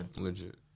legit